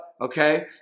Okay